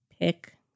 pick